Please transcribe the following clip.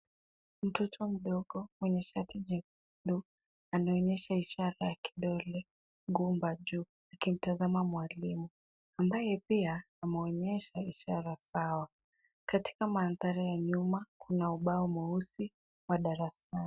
Mtoto mdogo mwenye shati jekundu, anaonyesha ishara ya kidole gumba juu akitazama mwalimu ambaye pia ameonyesha ishara sawa. Katika mandhari ya nyuma, kuna ubao mweusi wa darasani.